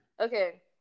Okay